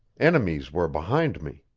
enemies were behind me.